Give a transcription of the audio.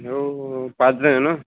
हो पाचजण ना